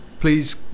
Please